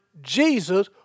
Jesus